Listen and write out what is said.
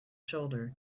shoulder